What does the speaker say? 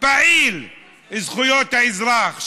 פעיל זכויות האזרח,